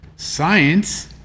science